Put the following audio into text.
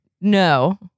No